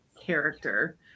character